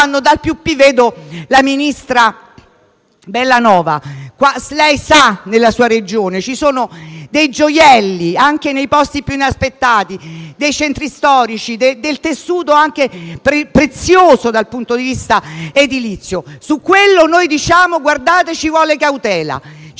il ministro Bellanova, che sa bene che nella sua Regione ci sono dei gioielli, anche nei posti più inaspettati, dei centri storici e un tessuto prezioso dal punto di vista edilizio. Su quello sosteniamo che ci vuole cautela. Certamente si